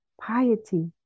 piety